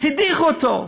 הדיחו אותו.